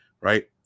Right